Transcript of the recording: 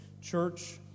Church